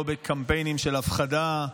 לא בקמפיינים של הפחדה,